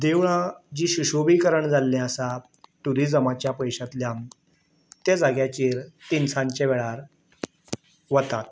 देवळां जीं शिशोबीकरण जाल्लीं आसात ट्युरिजमाच्या पयश्यांतल्यान त्या जाग्यांचेर तिनसांजचे वेळार वतात